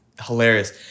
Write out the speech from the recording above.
hilarious